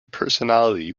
personality